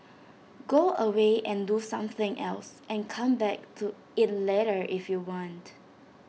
go away and do something else and come back to IT later if you want